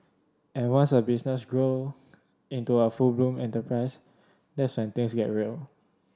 and once a business grow into a full bloom enterprise that's when things get real